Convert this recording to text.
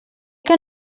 que